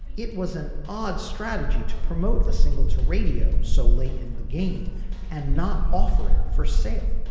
it was an odd strategy to promote a single to radio so late in the game and not offering for sale